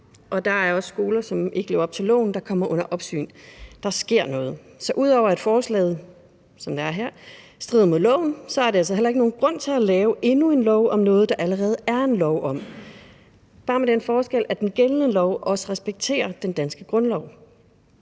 der er også skoler, som ikke lever op til loven, der kommer under opsyn. Der sker noget. Så ud over at forslaget, som det ligger her, strider imod grundloven, er der altså heller ikke nogen grund til at lave endnu en lov om noget, der allerede er en lov om – bare med den forskel, at den gældende lov respekterer den danske grundlov.